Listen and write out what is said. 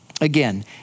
again